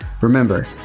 Remember